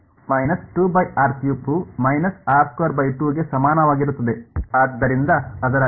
ವು ಗೆ ಸಮಾನವಾಗಿರುತ್ತದೆ